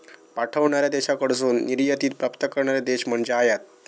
पाठवणार्या देशाकडसून निर्यातीत प्राप्त करणारो देश म्हणजे आयात